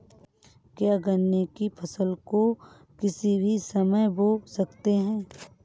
क्या गन्ने की फसल को किसी भी समय बो सकते हैं?